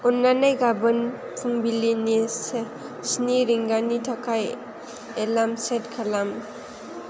अन्नानै गाबोन फुंबिलिनि से स्नि रिंगानि थाखाय एलार्म सेट खालाम